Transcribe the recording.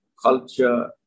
Culture